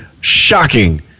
shocking